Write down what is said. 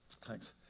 Thanks